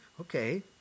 okay